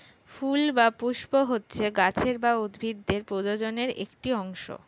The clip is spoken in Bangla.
ফুল বা পুস্প হচ্ছে গাছের বা উদ্ভিদের প্রজননের একটি অংশ